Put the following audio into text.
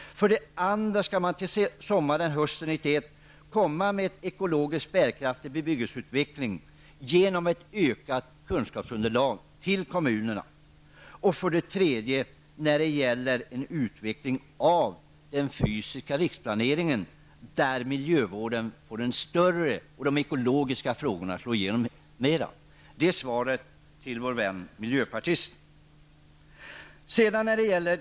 För det andra skall man till sommaren eller hösten 1991 komma med ekologiskt bärkraftig bebyggelseutveckling genom ett ökat kunskapsunderlag till kommunerna. För det tredje gäller det utvecklingen av den fysiska riksplaneringen där miljövården skall få större betydelse och de ekologiska frågorna skall slå igenom mera. Det är svaret till vår vän miljöpartisten.